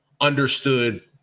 understood –